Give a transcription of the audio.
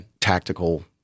tactical